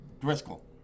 Driscoll